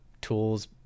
tools